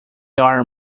are